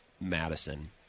Madison